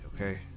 okay